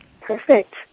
Perfect